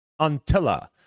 Antilla